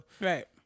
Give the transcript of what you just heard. Right